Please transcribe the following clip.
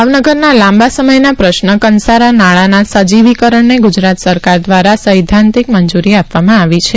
ભાવનગરના લાંબા સમયના પ્રશ્ન કંસારા નાળાના સજીવીકરણને ગુજરાત સરકાર દ્વારા સૈદ્ધાંતિક મંજૂરી આપવામાં આવી છે